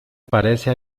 parece